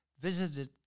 visited